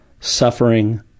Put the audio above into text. suffering